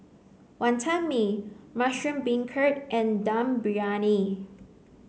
Wonton Mee Mushroom Beancurd and Dum Briyani